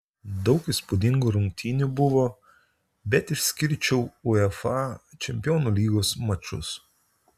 daug įspūdingų rungtynių buvo bet išskirčiau uefa čempionų lygos mačus